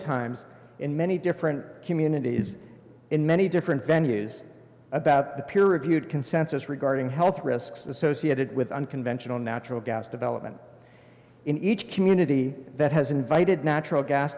times in many different communities in many different venues about the peer reviewed consensus regarding health risks associated with unconventional natural gas development in each community that has invited natural gas